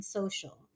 social